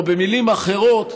או במילים אחרות,